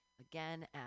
Again